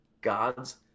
God's